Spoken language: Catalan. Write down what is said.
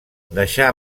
deixà